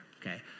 Okay